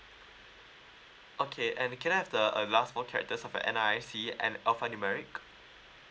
okay and can I have the uh last four characters of N_R_I_C and alphanumeric